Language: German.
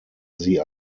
sie